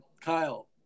Kyle